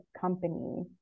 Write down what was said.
company